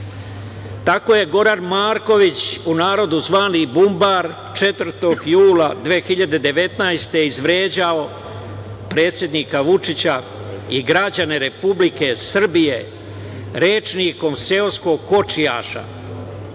Tako je Goran Marković, u narodu zvani bumbar, 4. jula 2019. godine izvređao predsednika Vučića i građane Republike Srbije rečnikom seoskog kočijaša.